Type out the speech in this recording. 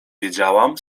wiedziałam